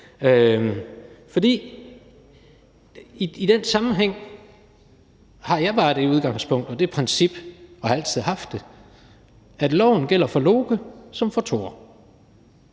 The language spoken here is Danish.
For i den sammenhæng har jeg bare det udgangspunkt og det princip – og har altid haft det – at loven gælder for Loke som for Thor.